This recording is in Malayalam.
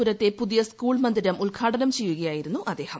പുരത്തെ പുതിയ സ്കൂൾ മന്ദിരം ഉത്ഘാടനം ചെയ്യുകയായിരുന്നു അദ്ദേഹം